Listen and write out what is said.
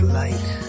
light